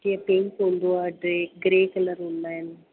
जीअं पिंक हूंदो आहे टे ग्रे कलर हूंदा आहिनि